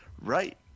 Right